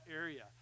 area